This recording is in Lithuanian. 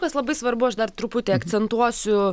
kas labai svarbu aš dar truputį akcentuosiu